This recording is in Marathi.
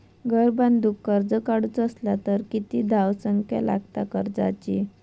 घर बांधूक कर्ज काढूचा असला तर किती धावसंख्या लागता कर्जाची?